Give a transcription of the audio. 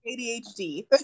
ADHD